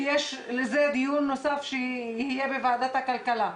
כי יש לזה דיון נוסף שיהיה בוועדת הכלכלה.